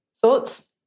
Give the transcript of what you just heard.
Thoughts